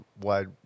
wide